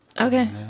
Okay